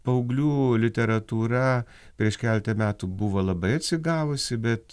paauglių literatūra prieš keletą metų buvo labai atsigavusi bet